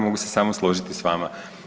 Mogu se samo složiti sa vama.